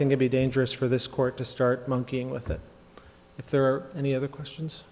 think to be dangerous for this court to start monkeying with it if there are any other questions